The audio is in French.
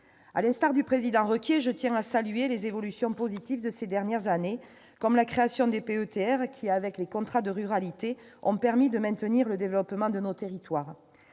Jean-Claude Requier, je tiens à saluer les évolutions positives de ces dernières années, comme la création des PETR, qui, avec les contrats de ruralité, ont permis de maintenir le développement de nos territoires.